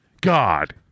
God